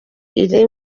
iri